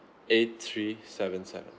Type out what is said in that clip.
eight three seven seven